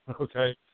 Okay